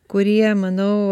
kurie manau